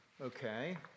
Okay